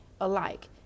alike